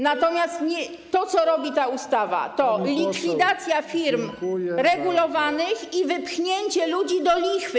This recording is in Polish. Natomiast to, co robi ta ustawa, to likwidacja firm regulowanych i wypchnięcie ludzi do lichwy.